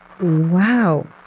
Wow